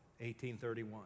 1831